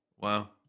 Wow